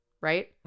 right